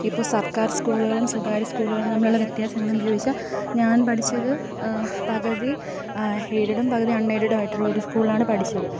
ഇപ്പോൾ സർക്കാർ സ്കൂളുകളും സ്വകാര്യ സ്കൂളുകളും തമ്മിലുള്ള വ്യത്യാസം എന്തെന്നു ചോദിച്ചാൽ ഞാൻ പഠിച്ചത് പകുതി എയ്ഡഡും പകുതി അൺ എയ്ഡഡും ആയിട്ടുള്ള ഒരു സ്കൂളിലാണ് പഠിച്ചത്